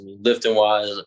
lifting-wise